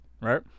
right